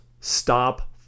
stop